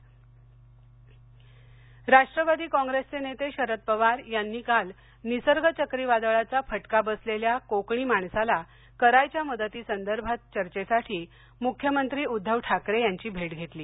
पवार चक्रीवादळ राष्ट्रवादी कॉंग्रेसचे नेते शरद पवार यांनी काल निसर्ग चक्रीवादळाचा फटका बसलेल्या कोकणी माणसाला करायच्या मदती संदर्भात चर्चेसाठी मुख्यमंत्री उद्धव ठाकरे यांची भेट घेतली